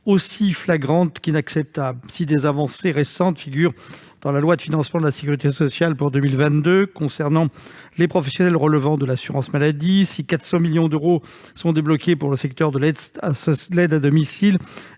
aussi flagrante qu'inacceptable. Si des avancées récentes figurent dans la loi de financement de la sécurité sociale pour 2022 concernant les professionnels relevant de l'assurance maladie, si 400 millions d'euros sont débloqués pour le secteur de l'aide à domicile,